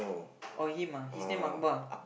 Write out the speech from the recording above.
oh him ah his name Akbar